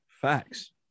facts